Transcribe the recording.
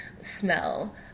smell